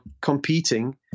competing